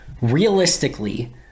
realistically